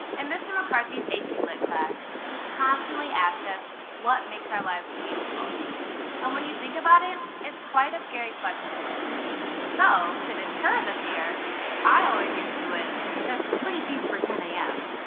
and mr. mccarthy's ap lit class he constantly asked us what makes our lives meaningful and when you think about it it's quite a scary question so to deter the fear i always answered with that's pretty deep for ten a m.